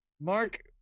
Mark